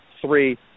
three